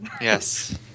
yes